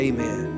Amen